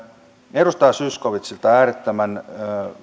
edustaja zyskowiczilla oli äärettömän